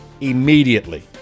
immediately